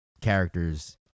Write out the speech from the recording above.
characters